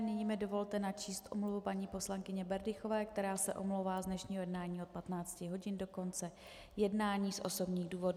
Nyní mi dovolte načíst omluvu paní poslankyně Berdychové, která se omlouvá z dnešního jednání od 15 hodin do konce jednání z osobních důvodů.